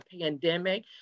pandemic